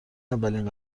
اولین